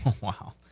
Wow